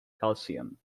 calcium